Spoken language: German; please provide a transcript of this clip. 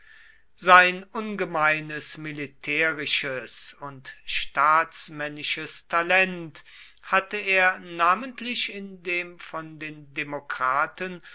sein ungemeines militärisches und staatsmännisches talent hatte er namentlich in dem von den demokraten